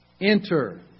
enter